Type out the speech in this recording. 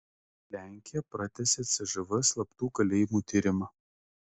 lenkija pratęsė cžv slaptų kalėjimų tyrimą